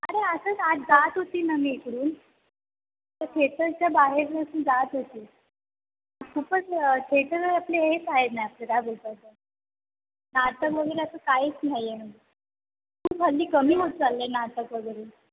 अरे असंच आज जात होती ना मी इकडून तर थेटरच्या बाहेरून असं जात होती खूपच थेटर आपले हेच आहे ना आपलं काय बोलतात ते नाटक वगैरे असं काहीच नाही आहे ना खूप हल्ली कमी होत चाललं आहे नाटक वगैरे